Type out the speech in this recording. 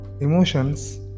emotions